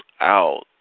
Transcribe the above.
out